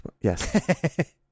Yes